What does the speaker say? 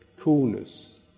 coolness